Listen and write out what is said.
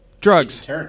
Drugs